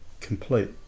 complete